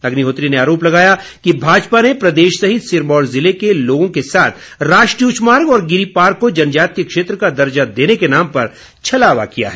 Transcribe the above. अग्निहोत्री ने आरोप लगाया कि भाजपा ने प्रदेश सहित सिरमौर ज़िले के लोगों के साथ राष्ट्रीय उच्च मार्ग और गिरिपार को जनजातीय क्षेत्र का दर्जा देने के नाम पर छलावा किया है